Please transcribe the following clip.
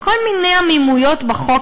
כל מיני עמימויות בחוק,